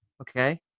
okay